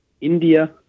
India